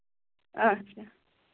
اَچھا